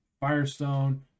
Firestone